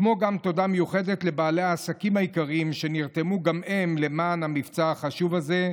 תודה מיוחדת גם לבעלי העסקים היקרים שנרתמו גם הם למען המבצע החשוב הזה,